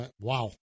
wow